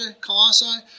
Colossae